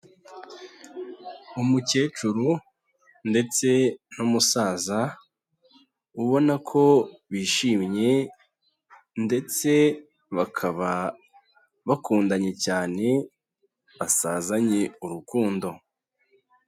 Umukecuru ndetse n'umusaza ubona ko bishimye ndetse bakaba bakundanye cyane, basazanye urukundo.